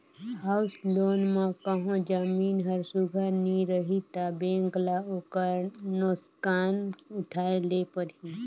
house loan म कहों जमीन हर सुग्घर नी रही ता बेंक ल ओकर नोसकान उठाए ले परही